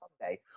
Sunday